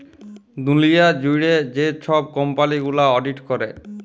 দুঁলিয়া জুইড়ে যে ছব কম্পালি গুলা অডিট ক্যরে